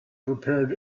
prepared